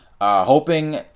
Hoping